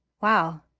Wow